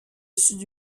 sud